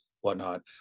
whatnot